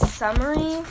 summary